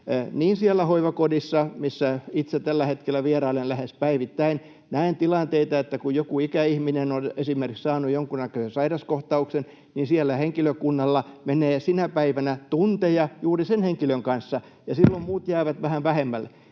asia. Siellä hoivakodissa, missä itse tällä hetkellä vierailen lähes päivittäin, näen tilanteita, että kun joku ikäihminen on esimerkiksi saanut jonkunnäköisen sairaskohtauksen, niin siellä henkilökunnalla menee sinä päivänä tunteja juuri sen henkilön kanssa, ja silloin muut jäävät vähän vähemmälle.